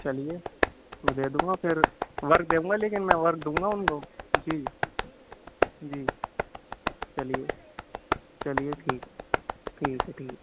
چلیے میں دے دوں گا پھر ورک دوں گا لیکن میں ورک دوں گا اُن کو جی جی چلیے چلیے ٹھیک ہے ٹھیک ہے ٹھیک